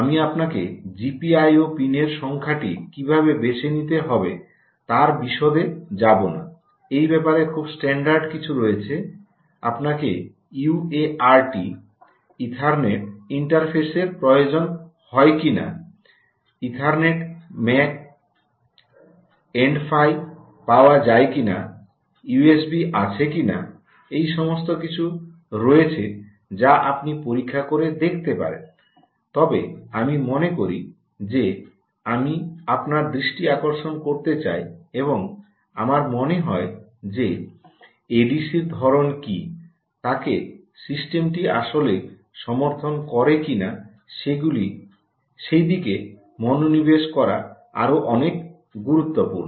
আমি আপনাকে জিপিআইও পিনের সংখ্যাটি কিভাবে বেছে নিতে হবে তার বিশদে যাব না এই ব্যাপারে খুব স্ট্যান্ডার্ড কিছু রয়েছে আপনাকে ইউএআরটি ইথারনেট ইন্টারফেসের প্রয়োজন হয় কিনা ইথারনেট ম্যাক ইন্ড ফাই পাওয়া যায় কিনা ইউএসবি আছে কিনা এই সমস্ত কিছু রয়েছে যা আপনি পরীক্ষা করে দেখতে পারেন তবে আমি মনে করি যে আমি আপনার দৃষ্টি আকর্ষণ করতে চাই এবং আমার মনে হয় যে এডিসির ধরণ কী তাকে সিস্টেমটি আসলে সমর্থন করে কিনা সেদিকে মনোনিবেশ করা আরও অনেক গুরুত্বপূর্ণ